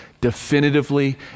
definitively